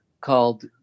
called